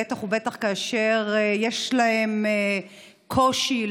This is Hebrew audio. בטח ובטח כאשר יש להם קושי,